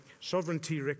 sovereignty